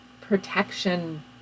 protection